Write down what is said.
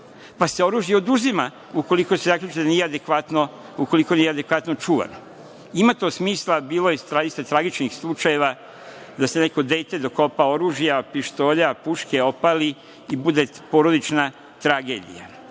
pa se oružje oduzima ukoliko se zaključi da nije adekvatno čuvano. Ima to smisla, bilo je zaista tragičnih slučajeva da se neko dete dokopa oružja, pištolja, puške, opali i bude porodična tragedija. Dakle,